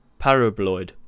paraboloid